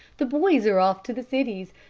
the boys are off to the cities,